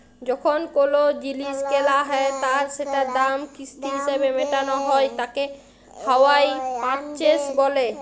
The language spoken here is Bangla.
যখন কোলো জিলিস কেলা হ্যয় আর সেটার দাম কিস্তি হিসেবে মেটালো হ্য়য় তাকে হাইয়ার পারচেস বলে